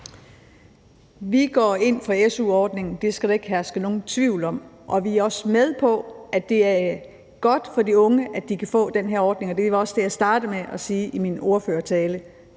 Vi går ind for su-ordningen, det skal der ikke herske nogen tvivl om, og vi er også med på, at det er godt for de unge, at de kan få den her ordning, og det var også det, jeg startede med at sige i min ordførertale.